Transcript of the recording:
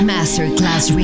Masterclass